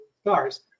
stars